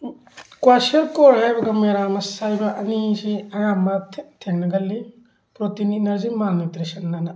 kwashiorkor ꯍꯥꯏꯕ ꯑꯃꯒ marasmus ꯍꯥꯏꯕ ꯑꯅꯤꯁꯤ ꯑꯌꯥꯝꯕ ꯊꯦꯡꯅꯒꯜꯂꯤ ꯄ꯭ꯔꯣꯇꯤꯟ ꯏꯅꯔꯖꯤ ꯃꯥꯜꯅ꯭ꯌꯨꯇ꯭ꯔꯤꯁꯟ ꯑꯅ